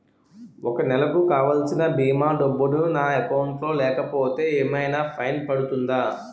ఒక నెలకు కావాల్సిన భీమా డబ్బులు నా అకౌంట్ లో లేకపోతే ఏమైనా ఫైన్ పడుతుందా?